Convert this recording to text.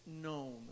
known